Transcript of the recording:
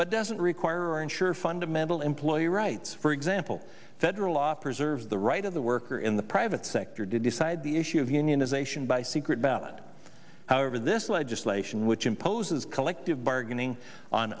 but doesn't require or ensure fundamental employee rights for example federal law preserves the right of the worker in the private sector to decide the issue of unionization by secret ballot however this legislation which imposes collective bargaining on